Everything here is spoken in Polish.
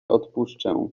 odpuszczę